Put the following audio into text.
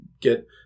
get